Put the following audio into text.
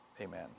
amen